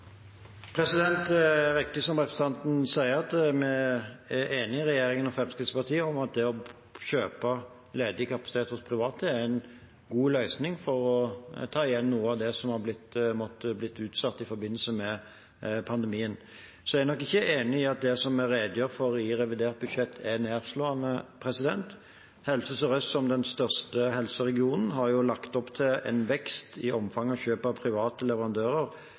Det er riktig, som representanten sier, at regjeringen og Fremskrittspartiet er enige om at det å kjøpe ledig kapasitet hos private er en god løsning for å ta igjen noe av det som har måttet bli utsatt i forbindelse med pandemien. Så er jeg nok ikke enig i at det som vi redegjør for i revidert budsjett, er nedslående. Helse Sør-Øst, som er den største helseregionen, har lagt opp til en vekst i omfang av kjøp fra private leverandører